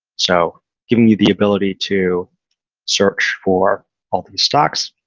so giving you the ability to search for all the stocks